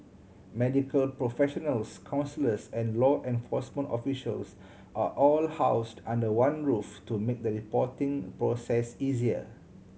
medical professionals counsellors and law enforcement officials are all housed under one roof to make the reporting process easier